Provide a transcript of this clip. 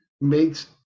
makes